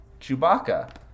Chewbacca